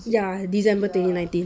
ya december twenty nineteen